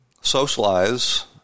socialize